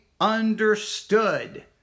understood